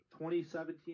2017